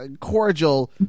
cordial